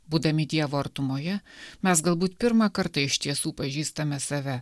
būdami dievo artumoje mes galbūt pirmą kartą iš tiesų pažįstame save